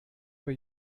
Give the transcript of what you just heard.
for